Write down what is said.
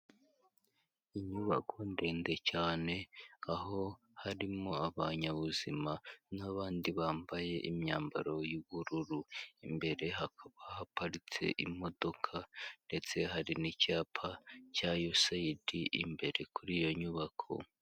Inyubako ndende cyane, aho harimo abanyabuzima n'abandi bambaye imyambaro y'ubururu. Imbere hakaba haparitse imodoka ndetse hari n'icyapa cya USIAD imbere kuri iyo nyubako.